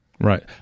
Right